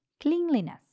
Cleanliness